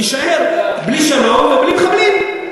נישאר בלי שלום ובלי מחבלים.